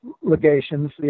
legations